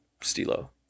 Stilo